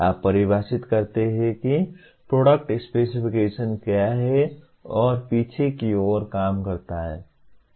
आप परिभाषित करते हैं कि प्रोडक्ट स्पेसिफिकेशन्स क्या हैं और पीछे की ओर काम करते हैं